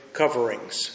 coverings